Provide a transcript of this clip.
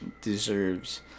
deserves